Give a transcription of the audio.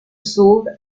sauve